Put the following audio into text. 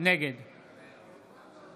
נגד